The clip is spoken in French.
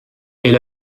elle